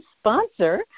sponsor